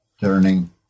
turning